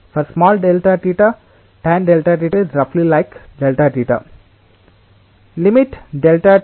కాబట్టి fluid under shear ఉన్నప్పుడు మరియు అది కంటిన్యూస్లి డిఫార్మింగ్ తో ఉన్నప్పుడు ఈ యాంగిల్ మరింత ఎక్కువగా ఉండటానికి మీరు ఎక్కువ సమయం అనుమతిస్తారు